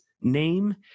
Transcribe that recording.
name